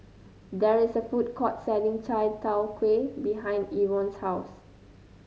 there is a food court selling Chai Tow Kway behind Evon's house